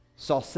saw